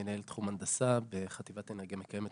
מנהל תחום הנדסה בחטיבת אנרגיה מקיימת,